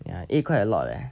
ya eh quite a lot leh